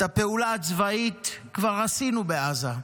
את הפעולה הצבאית כבר עשינו בעזה.